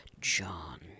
John